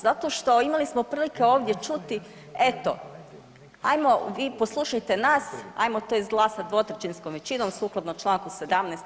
Zato što imali smo prilike ovdje čuti, eto ajmo vi poslušajte nas, ajmo to izglasati dvotrećinskom većinom sukladno Članku 17.